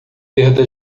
perda